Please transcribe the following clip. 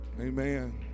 Amen